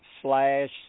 slash